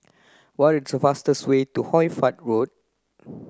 what is the fastest way to Hoy Fatt Road